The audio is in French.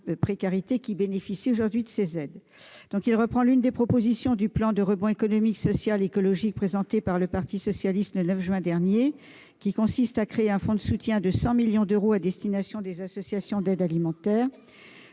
qui bénéficient aujourd'hui de cette aide. L'amendement reprend l'une des propositions du plan de rebond économique, social, écologique présenté par le parti socialiste le 9 juin dernier, qui tend à créer un fonds de soutien de 100 millions d'euros à destination des associations d'aide alimentaire.